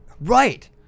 Right